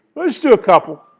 let's do a couple.